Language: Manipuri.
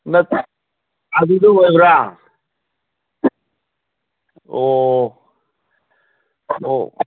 ꯑꯗꯨꯗ ꯑꯣꯏꯕ꯭ꯔꯥ ꯑꯣ ꯑꯣ